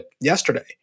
yesterday